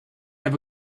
ever